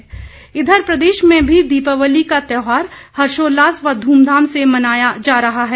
दीपावली इधर प्रदेश में भी दीपावली का त्योहार हर्षोल्लास व ध्रमधाम से मनाया जा रहा है